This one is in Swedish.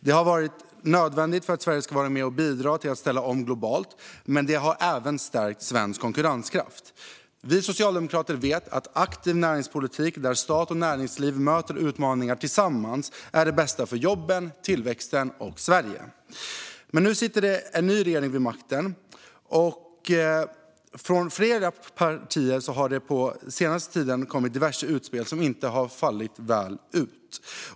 Det har varit nödvändigt för att Sverige ska vara med och bidra till att ställa om globalt, men det har även stärkt svensk konkurrenskraft. Vi socialdemokrater vet att aktiv näringspolitik där stat och näringsliv möter utmaningar tillsammans är det bästa för jobben, tillväxten och Sverige. Men nu sitter en ny regering vid makten, och från flera partier har det den senaste tiden kommit diverse utspel som inte har fallit väl ut.